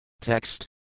Text